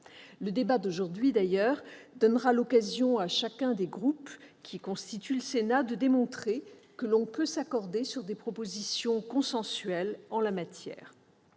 Le débat d'aujourd'hui donnera l'occasion à chacun des groupes qui constituent le Sénat de démontrer que l'on peut s'accorder sur des propositions consensuelles en la matière.